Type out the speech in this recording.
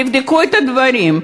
תבדקו את הדברים,